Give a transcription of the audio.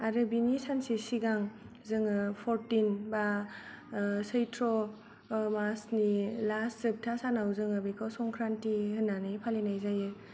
आरो बिनि सानसे सिगां जोङो परटिन बा सैत्र मासनि लास्ट जोबथा सानाव जोङो बेखौ संख्रान्ति होन्नानै फालिनाय जायो